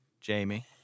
Jamie